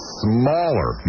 smaller